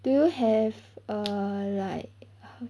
do you have a like